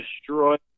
destroyed